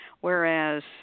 whereas